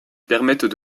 permettent